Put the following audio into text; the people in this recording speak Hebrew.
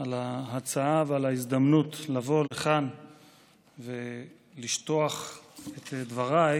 על ההצעה ועל ההזדמנות לבוא לכאן ולשטוח את דבריי,